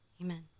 Amen